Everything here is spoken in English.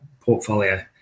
portfolio